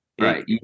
Right